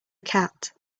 cat